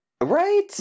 Right